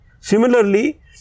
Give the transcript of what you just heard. Similarly